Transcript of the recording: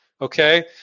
okay